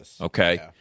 okay